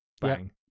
bang